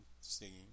singing